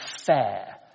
fair